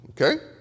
Okay